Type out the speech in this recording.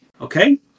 okay